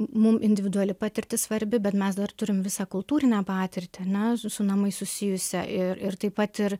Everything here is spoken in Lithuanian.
mum individuali patirtis svarbi bet mes dar turim visą kultūrinę patirtį ar ne su namais susijusią i ir taip pat ir